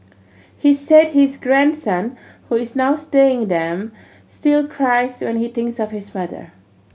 he said his grandson who is now staying them still cries when he thinks of his mother